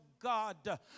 God